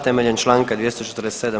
Temeljem Članka 247.